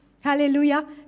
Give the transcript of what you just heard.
hallelujah